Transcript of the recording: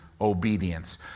obedience